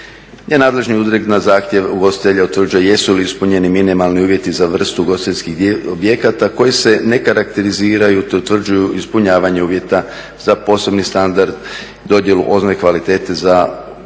"Nadležni ured na zahtjev ugostitelja utvrđuje jesu li ispunjeni minimalni uvjeti za vrstu ugostiteljskih objekata koji se ne karakteriziraju te utvrđuju ispunjavanje uvjeta za posebni standard, dodjelu … i kvalitete za